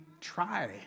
try